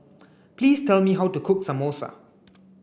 please tell me how to cook Samosa